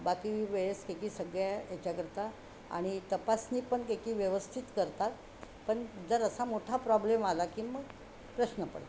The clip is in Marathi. बाकी वेळेस हे की सगळ्या याच्याकरिता आणि तपासणी पण हे की व्यवस्थित करतात पण जर असा मोठा प्रॉब्लेम आला की मग प्रश्न पडतो